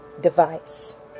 device